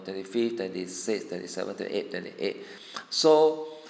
twenty fifth twenty six twenty seven to eight twenty eight so